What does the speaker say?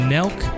Nelk